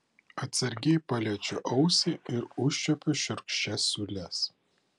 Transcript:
atsargiai paliečiu ausį ir užčiuopiu šiurkščias siūles